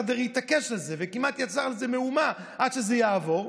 שהשר דרעי התעקש עליהם וכמעט יצר על זה מהומה שזה יעבור,